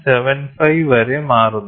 75 വരെ മാറുന്നു